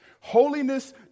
Holiness